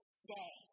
today